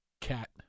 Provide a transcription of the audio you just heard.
cat